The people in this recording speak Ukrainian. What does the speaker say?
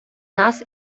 нас